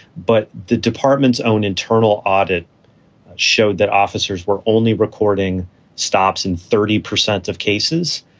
but the department's own internal audit showed that officers were only recording stops and thirty percent of cases.